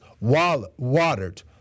watered